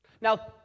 Now